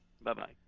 Bye-bye